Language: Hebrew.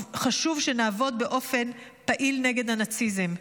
חשוב שנעבוד באופן פעיל נגד הנאציזם.